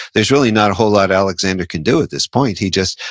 there's really not a whole lot alexander can do at this point. he just,